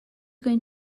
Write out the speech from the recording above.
going